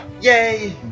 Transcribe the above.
Yay